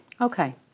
Okay